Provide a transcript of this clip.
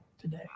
today